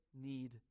need